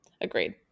Agreed